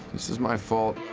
this is my fault.